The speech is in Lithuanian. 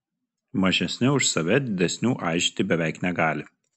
mažesni už save didesnių aižyti beveik negali